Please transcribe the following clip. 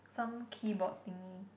some keyboard thingy